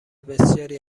بسیاری